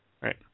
Right